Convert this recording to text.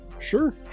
Sure